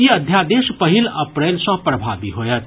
ई अध्यादेश पहिल अप्रैल सँ प्रभावी होयत